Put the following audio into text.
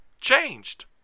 changed